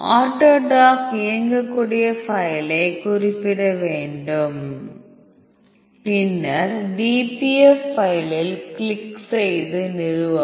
AutoDock இயங்கக்கூடிய ஃபைலை குறிப்பிட வேண்டும் பின்னர் dpf ஃபைலில் கிளிக் செய்து நிறுவவும்